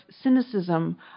cynicism